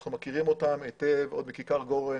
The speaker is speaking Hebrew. אנחנו מכירים אותם היטב עוד מכיכר גורן